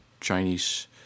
Chinese